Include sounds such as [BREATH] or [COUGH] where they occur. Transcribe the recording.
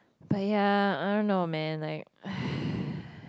but ya I don't know man like [BREATH]